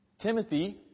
Timothy